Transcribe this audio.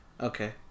Okay